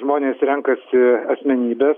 žmonės renkasi asmenybes